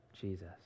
Jesus